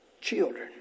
Children